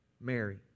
Mary